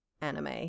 anime